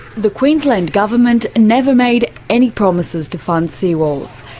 the queensland government never made any promises to fund seawalls.